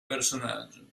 personaggio